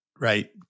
right